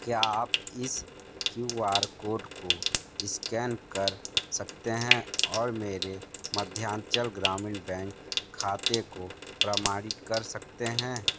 क्या आप इस क्यू आर कोड को इस्कैन कर सकते हैं और मेरे मध्यांचल ग्रामीण बैंक खाते को प्रमाणित कर सकते हैं